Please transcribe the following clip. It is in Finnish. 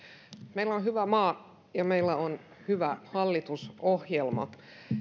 meillä on hyvä maa ja meillä on hyvä hallitusohjelma